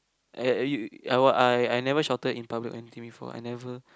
at you I were I I never shouted in public or anything before I never